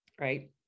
right